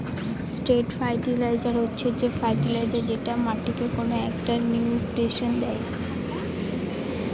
straight fertiliser হচ্ছে যে fertiliser যেটা মাটিকে কোনো একটা নিউট্রিশন দেয়